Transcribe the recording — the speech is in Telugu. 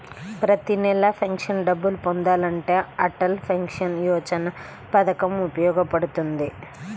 ప్రతి నెలా పెన్షన్ డబ్బులు పొందాలంటే అటల్ పెన్షన్ యోజన పథకం ఉపయోగపడుతుంది